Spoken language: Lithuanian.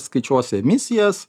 skaičiuosi emisijas